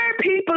people